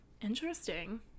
interesting